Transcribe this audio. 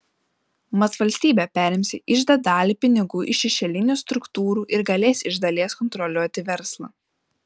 mat valstybė perims į iždą dalį pinigų iš šešėlinių struktūrų ir galės iš dalies kontroliuoti verslą